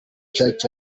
church